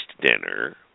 dinner